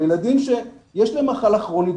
על ילדים שיש להם מחלה כרונית,